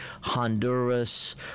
Honduras